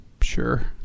sure